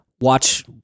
watch